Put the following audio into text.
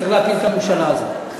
צריך להפיל את הממשלה הזאת.